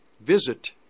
visit